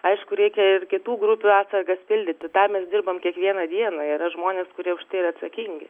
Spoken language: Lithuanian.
aišku reikia ir kitų grupių atsargas pildyti tą mes dirbam kiekvieną dieną yra žmonės kurie už tai ir atsakingi